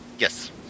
Yes